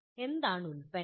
എന്താണ് ഉൽപ്പന്നം